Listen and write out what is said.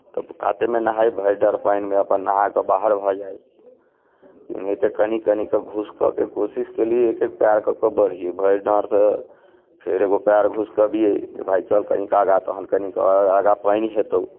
तऽ कातेमे नहाइ भरि डाँर पानिमे नहा कऽ अपन बाहर भऽ जाइ एनाहिते कनि कनिके घुसकयके कोशिश केलियै एक एक पएर कऽ के बढ़ियै भरि डाँरसँ फेर एगो पएर घुसकबियै कि भाय चल कनिक आगाँ तखनि कनिक आओर आगाँ पानि हेतहु